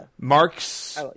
Mark's